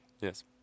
Yes